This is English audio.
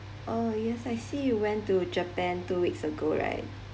oh yes I see you went to japan two weeks ago right